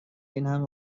اینهمه